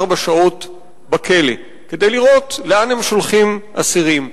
שעות בכלא כדי לראות לאן הם שולחים אסירים.